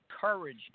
courage